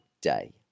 day